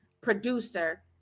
producer